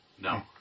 No